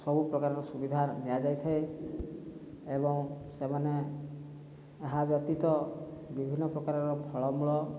ସବୁ ପ୍ରକାରର ସୁବିଧା ଦିଆଯାଇଥାଏ ଏବଂ ସେମାନେ ଏହା ବ୍ୟତୀତ ବିଭିନ୍ନ ପ୍ରକାରର ଫଳମୂଳ